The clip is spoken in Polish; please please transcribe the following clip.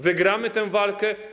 Wygramy tę walkę.